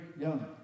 young